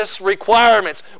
requirements